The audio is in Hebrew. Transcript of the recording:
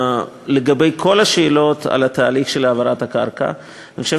לגבי כל השאלות על התהליך של העברת הקרקע: אני חושב